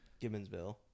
Gibbonsville